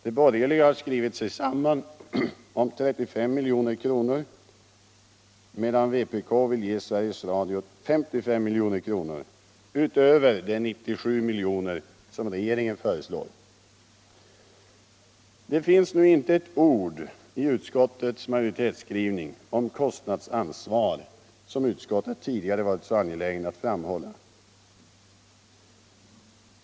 De borgerliga har skrivit sig samman om 35 milj.kr. medan vpk vill ge Sveriges Radio 55 milj.kr. utöver de 97 miljoner som regeringen föreslår. Det finns nu inte ett ord i utskottets majoritetsskrivning om kostnadsansvar, vilket utskottet tidigare varit så angeläget om att framhålla.